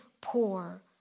poor